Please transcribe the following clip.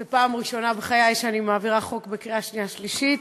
זו פעם ראשונה בחיי שאני מעבירה חוק בקריאה שנייה ושלישית.